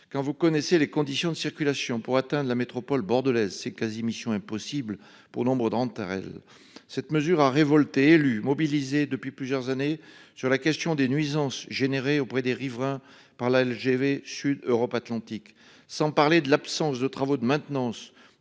Quand vous connaissez les conditions de circulation pour atteindre la métropole bordelaise c'est quasi mission impossible pour nombre d'entre elles. Cette mesure a révolté élus mobilisés depuis plusieurs années sur la question des nuisances générées auprès des riverains par la LGV Sud Europe Atlantique sans parler de l'absence de travaux de maintenance